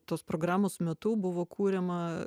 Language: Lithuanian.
tos programos metu buvo kuriama